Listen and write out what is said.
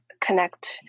connect